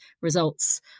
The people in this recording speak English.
results